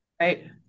right